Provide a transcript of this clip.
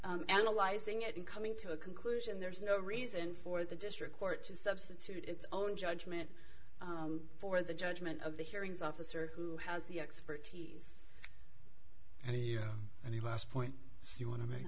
views analyzing it and coming to a conclusion there is no reason for the district court to substitute its own judgment for the judgment of the hearings officer who has the expertise and the last point you want to